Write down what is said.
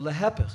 ולהפך,